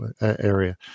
area